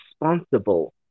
responsible